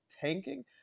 tanking